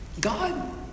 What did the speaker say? God